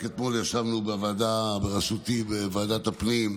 רק אתמול ישבנו בוועדה בראשותי, בוועדת הפנים,